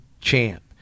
champ